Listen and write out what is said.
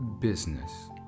business